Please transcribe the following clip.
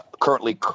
currently